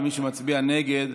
ומי שמצביע נגד,